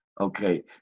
okay